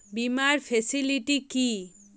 বীমার ফেসিলিটি কি?